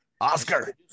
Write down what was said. Oscar